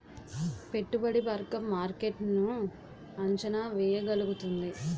పెట్టుబడి వర్గం మార్కెట్ ను అంచనా వేయగలుగుతుంది